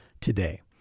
Today